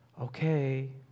okay